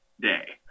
day